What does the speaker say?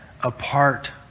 apart